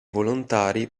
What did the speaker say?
volontari